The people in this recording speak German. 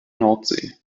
nordsee